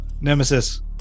Nemesis